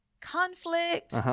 conflict